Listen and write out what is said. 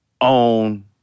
own